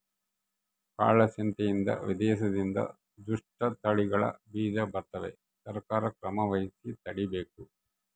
ಕಾಳ ಸಂತೆಯಿಂದ ವಿದೇಶದಿಂದ ದುಷ್ಟ ತಳಿಗಳ ಬೀಜ ಬರ್ತವ ಸರ್ಕಾರ ಕ್ರಮವಹಿಸಿ ತಡೀಬೇಕು